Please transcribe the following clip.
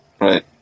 Right